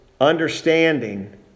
understanding